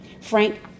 Frank